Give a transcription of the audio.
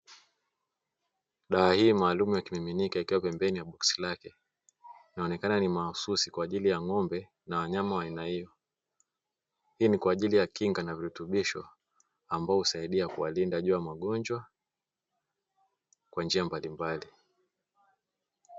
Dawa hii maalumu ya kimiminika ikiwa pembeni ya boksi lake. Inaonekana ni mahususi kwa ajili ya ng'ombe na wanyama wa aina hiyo. Hii ni kwa ajili ya Kinga na virutubisho ambayo husaidia kuwalinda juu ya magonjwa kwa njia mbalimbali.